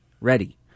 Ready